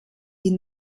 die